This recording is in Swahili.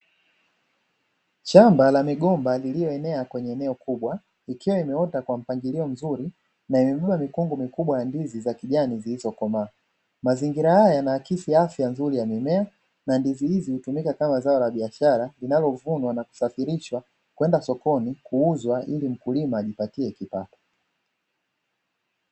Shamba la migomba lililoenea kwenye eneo kubwa ikiwa imeota Kwa mpangilio mzuri na imebeba mikungu ya ndizi mikubwa ya kijani iliyokomaa; mazingira haya yanaakisi afya nzuri ya mimea na ndizi hizi hutumika kama zao la biashara linalovunwa na kusafirishwa kwenda sokoni kuuzwa ili mkulima ajipatie kipato.